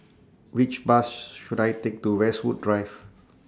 Which Bus should I Take to Westwood Drive